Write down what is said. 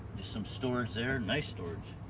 just some storage there, nice storage.